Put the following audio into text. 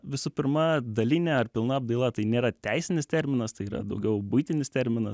visų pirma dalinė ar pilna apdaila tai nėra teisinis terminas tai yra daugiau buitinis terminas